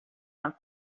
and